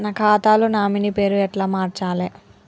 నా ఖాతా లో నామినీ పేరు ఎట్ల మార్చాలే?